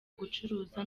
gucuruza